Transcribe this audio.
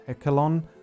echelon